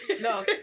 no